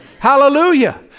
Hallelujah